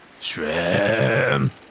Shrimp